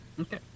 okay